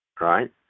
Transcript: right